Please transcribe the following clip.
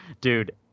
dude